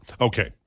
Okay